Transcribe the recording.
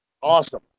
Awesome